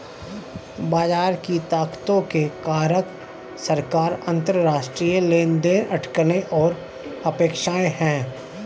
बाजार की ताकतों के कारक सरकार, अंतरराष्ट्रीय लेनदेन, अटकलें और अपेक्षाएं हैं